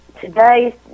Today